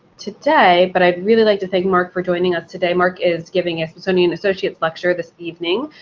today. but i'd really like to thank marc for joining us today. marc is giving a smithsonian associates lecture this evening,